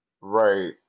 right